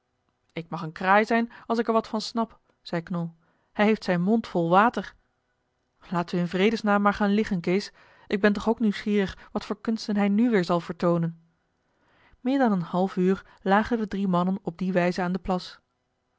ik mag een kraai zijn als ik er wat van snap zei knol hij heeft zijn mond vol water eli heimans willem roda laten we in vredesnaam maar gaan liggen kees ik ben toch ook nieuwsgierig wat voor kunsten hij nu weer zal vertoonen meer dan een half uur lagen de drie mannen op die wijze aan den plas